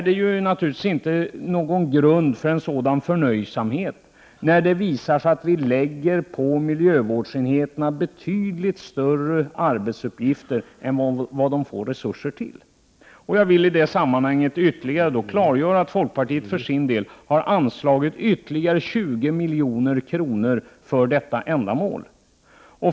Det finns naturligtvis inte någon grund för en sådan förnöjsamhet när det nu visar sig att vi lägger betydligt större arbetsuppgifter på miljövårdsenheterna än vad de får resurser till. Jag vill i detta sammanhang klargöra att folkpartiet har föreslagit att ytterligare 20 milj.kr. anslås till detta ändamål.